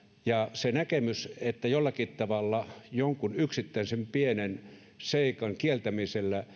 ja se näkemys että jollakin tavalla jonkun yksittäisen pienen seikan kieltämisellä